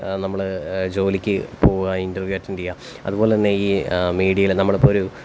നമ്മള് ജോലിക്ക് പോകുക ഇന്റെര്വ്യൂ അറ്റൻഡ് ചെയ്യുക അതുപോലെതന്നെ ഈ മീഡിയയിൽ നമ്മൾ ഇപ്പോൾ ഒരു